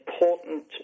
important